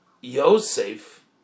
Yosef